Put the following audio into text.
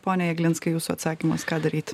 pone jeglinskai jūsų atsakymas ką daryt